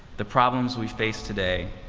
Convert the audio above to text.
the problems we face today,